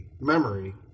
memory